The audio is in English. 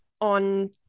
on